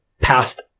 past